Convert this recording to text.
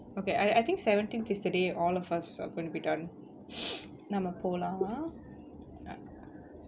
okay I I think seventeenth is the day all of us are going to be done நம்ம போலாம்:namma polam ah